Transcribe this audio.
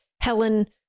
Helen